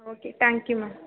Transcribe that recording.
okay thank you ma'am